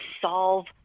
solve